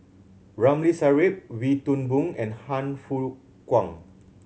Ramli Sarip Wee Toon Boon and Han Fook Kwang